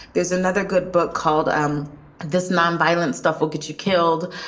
there's another good book called um this nonviolence stuff will get you killed.